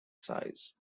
size